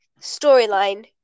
Storyline